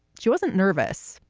she wasn't nervous.